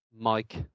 Mike